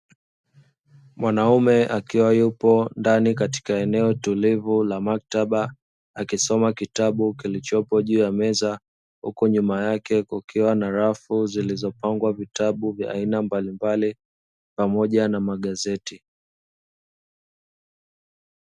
Mwanaume akiwa yupo ndani katika eneo tulivu la maktaba, akisoma kitabu kilichopo juu ya meza, huku nyuma yake kukiwa na rafu zilizopangwa vitabu vya aina mbalimbali pamoja na magazeti.